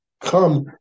come